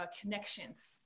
connections